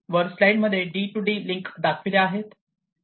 वर स्लाईड मध्ये D2D link दाखविल्या आहेत